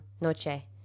noche